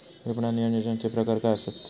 विपणन नियोजनाचे प्रकार काय आसत?